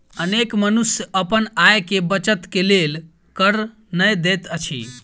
अनेक मनुष्य अपन आय के बचत के लेल कर नै दैत अछि